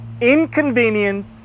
inconvenient